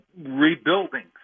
rebuilding